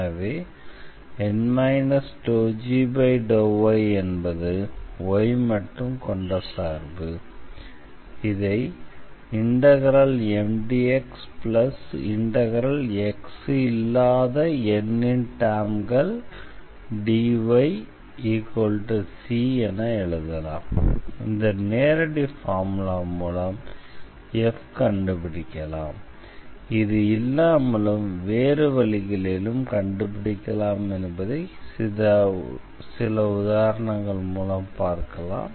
எனவே N ∂g∂yஎன்பது y மட்டும் கொண்ட சார்பு Mdxx இல்லாத N ன் டெர்ம்கள்dyc இந்த நேரடி ஃபார்முலா மூலம் f கண்டுபிடிக்கலாம் இது இல்லாமலும் வேறு வழிகளிலும் கண்டுபிடிக்கலாம் என்பதை சில உதாரணங்கள் மூலம் பார்க்கலாம்